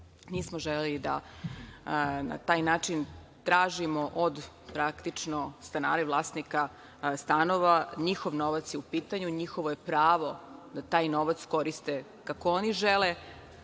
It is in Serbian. Nismo želeli da na taj način tražimo od, praktično, stanara i vlasnika stanova. NJihov novac je u pitanju. NJihovo je pravo da taj novac koriste kako oni žele.